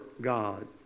God